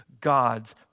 God's